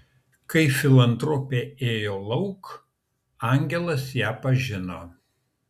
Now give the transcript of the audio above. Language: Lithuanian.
kai filantropė ėjo lauk angelas ją pažino